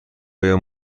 آیا